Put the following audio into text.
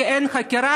כי אין חקירה,